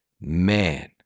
man